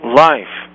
life